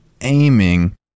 aiming